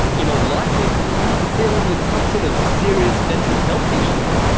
in all likelihood, is dealing with some sort of serious mental health issue.